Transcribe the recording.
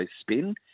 spin